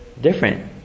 different